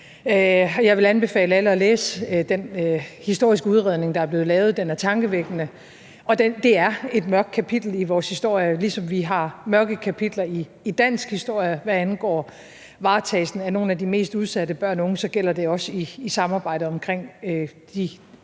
Jeg vil anbefale alle at læse den historiske udredning, der er blevet lavet. Den er tankevækkende, og det er et mørkt kapitel i vores historie, og ligesom vi har mørke kapitler i dansk historie, hvad angår varetagelsen af nogle af de mest udsatte børn og unge, gælder det også i samarbejdet omkring